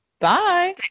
bye